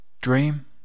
dream